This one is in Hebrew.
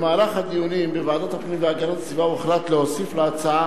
בדיונים בוועדת הפנים והגנת הסביבה הוחלט להוסיף להצעה